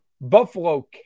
Buffalo